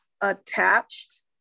attached